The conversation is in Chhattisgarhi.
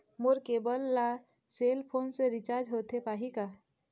मोर केबल ला सेल फोन से रिचार्ज होथे पाही का?